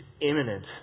imminent